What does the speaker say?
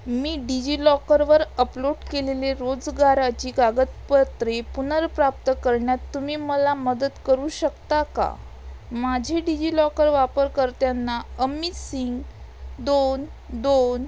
मी डिजिलॉकरवर अपलोट केलेले रोजगाराची कागदपत्रे पुनर्प्राप्त करण्यात तुम्ही मला मदत करू शकता का माझे डिजिलॉकल वापरकर्त्यांना अमित सिंग दोन दोन